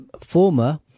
former